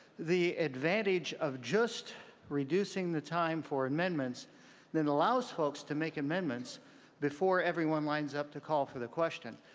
the advantage of just reducing the time for amendments then allows folks to make amendments before everyone lines up to call for the question